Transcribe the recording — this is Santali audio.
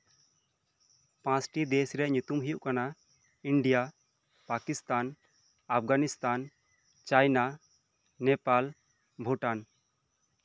ᱯᱟᱸᱪᱴᱤ ᱫᱮᱥ ᱨᱮᱭᱟᱜ ᱧᱩᱛᱩᱢ ᱦᱩᱭᱩᱜ ᱠᱟᱱᱟ ᱯᱟᱠᱤᱥᱛᱷᱟᱱ ᱟᱯᱜᱟᱱᱤᱥᱛᱷᱟᱱ ᱪᱟᱭᱱᱟ ᱱᱮᱯᱟᱞ ᱵᱷᱩᱴᱟᱱ